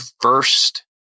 first